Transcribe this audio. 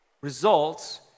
results